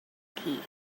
key